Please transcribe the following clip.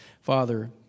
Father